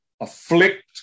afflict